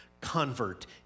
convert